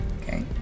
okay